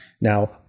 Now